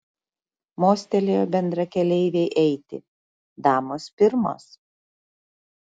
mostelėjo bendrakeleivei eiti damos pirmos